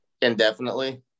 indefinitely